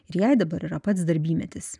ir jai dabar yra pats darbymetis